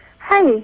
Hi